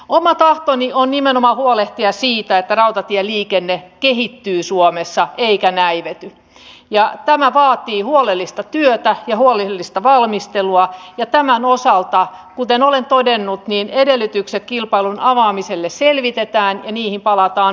oma tahtoni on nimenomaan huolehtia siitä että rautatieliikenne kehittyy suomessa eikä näivety ja tämä vaatii huolellista työtä ja huolellista valmistelua ja tämän osalta kuten olen todennut edellytykset kilpailun avaamiselle selvitetään ja niihin palataan maaliskuussa